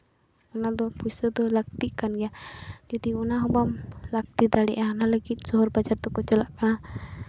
ᱚᱱᱟ ᱫᱚ ᱯᱩᱭᱥᱟᱹ ᱫᱚ ᱞᱟᱹᱠᱛᱤᱜ ᱠᱟᱱ ᱜᱮᱭᱟ ᱡᱩᱫᱤ ᱚᱱᱟ ᱦᱚᱸ ᱵᱟᱢ ᱞᱟᱹᱠᱛᱤ ᱫᱟᱲᱮᱭᱟᱜᱼᱟ ᱚᱱᱟ ᱞᱟᱹᱜᱤᱫ ᱥᱚᱦᱚᱨ ᱵᱟᱡᱟᱨ ᱫᱚᱠᱚ ᱪᱟᱞᱟᱜ ᱠᱟᱱᱟ